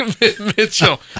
Mitchell